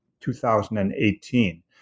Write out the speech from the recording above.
2018